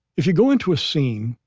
if you go into a scene,